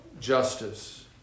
justice